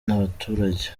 n’abaturage